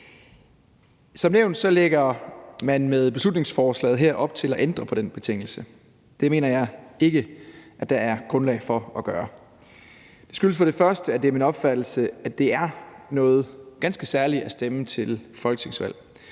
Som nævnt lægger man med beslutningsforslaget her op til at ændre på den betingelse. Det mener jeg ikke at der er grundlag for at gøre. Det skyldes for det første, at det er min opfattelse, at det er noget ganske særligt at stemme til folketingsvalg